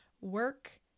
work